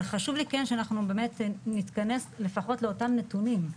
אבל חשוב לי שנתכנס לפחות לאותם נתונים,